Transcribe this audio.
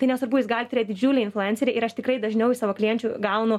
tai nesvarbu jūs galit turėt didžiulį influencerį ir aš tikrai dažniau iš savo klienčių gaunu